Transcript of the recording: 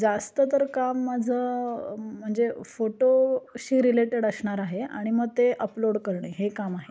जास्त तर काम माझं म्हणजे फोटोशी रिलेटेड असणार आहे आणि मग ते अपलोड करणे हे काम आहे